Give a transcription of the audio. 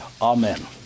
amen